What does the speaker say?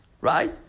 right